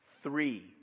Three